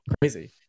Crazy